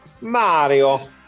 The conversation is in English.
Mario